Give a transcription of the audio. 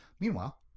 Meanwhile